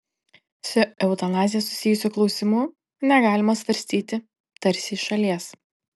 su eutanazija susijusių klausimų negalima svarstyti tarsi iš šalies